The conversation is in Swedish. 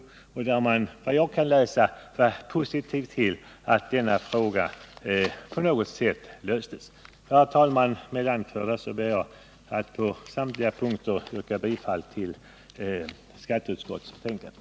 Såvitt jag kan förstå så var utskottet positivt till att denna fråga på något sätt löstes. Med vad jag här anfört, herr talman, ber jag att på samtliga punkter få yrka bifall till vad skatteutskottet hemställt.